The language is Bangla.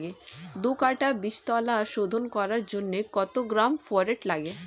দু কাটা বীজতলা শোধন করার জন্য কত গ্রাম ফোরেট লাগে?